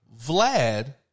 Vlad